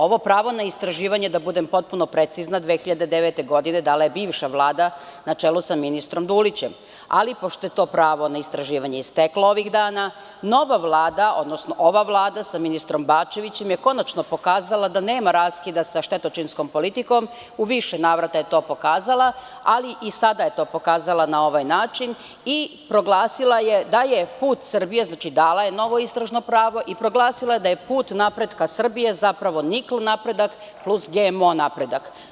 Ovo pravo na istraživanje, da budem potpuno precizna 2009. godine je dala bivša vlada na čelu sa ministrom Dulićem, ali pošto je to pravo na istraživanje isteklo ovih dana, ova Vlada sa ministrom Bačevićem je konačno pokazala da nema raskida sa štetočinskom politikom u više navrata je to pokazala, ali i sada je to pokazala na ovaj način i proglasila je da je put Srbije, dakle dala je novo istražno pravo i proglasila je da je put napretka Srbije zapravo nikl napredak plus GMO napredak.